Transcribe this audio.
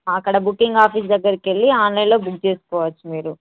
అక్కడ booking office దగ్గరకు వెళ్ళి ఆన్లైన్లో బుక్ చేసుకోవచ్చు మీరు